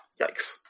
Yikes